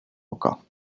oka